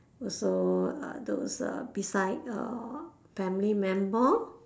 also uh those uh beside uh family member